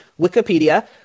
Wikipedia